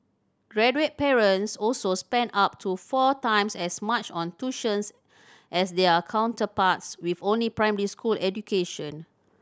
graduate parents also spent up to four times as much on tuitions as their counterparts with only primary school education